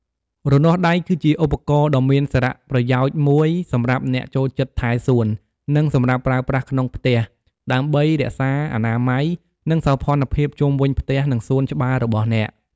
រនាស់ដៃគឺជាឧបករណ៍ដ៏មានសារៈប្រយោជន៍មួយសម្រាប់អ្នកចូលចិត្តថែសួន និងសម្រាប់ប្រើប្រាស់ក្នុងផ្ទះ ដើម្បីរក្សាអនាម័យ និងសោភ័ណភាពជុំវិញផ្ទះ និងសួនច្បាររបស់អ្នក។